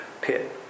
pit